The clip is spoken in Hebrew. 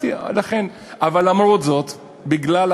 הרחקה מן הכנסת לצמיתות לאותם אישי ציבור שהזכרתי,